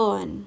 on